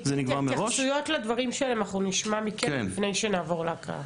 התייחסויות לדברים שלהם אנחנו נשמע מכם לפני שנעבור להקראה.